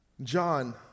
John